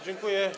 Dziękuję.